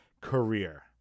career